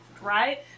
right